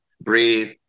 breathe